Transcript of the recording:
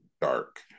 dark